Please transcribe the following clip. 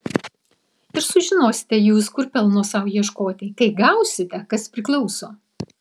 ir sužinosite jūs kur pelno sau ieškoti kai gausite kas priklauso